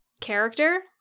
character